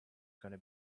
gonna